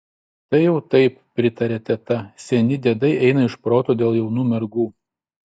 tai jau taip pritarė teta seni diedai eina iš proto dėl jaunų mergų